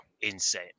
Insane